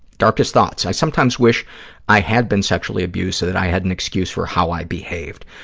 darkest thoughts. i sometimes wish i had been sexually abused so that i had an excuse for how i behaved.